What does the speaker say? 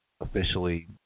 officially